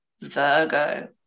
Virgo